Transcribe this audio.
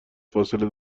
فاصله